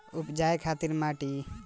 उपजाये खातिर माटी तैयारी कइसे करी?